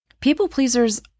People-pleasers